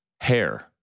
hair